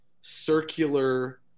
circular